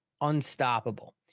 unstoppable